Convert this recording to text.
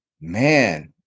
man